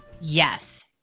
Yes